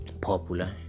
popular